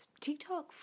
tiktok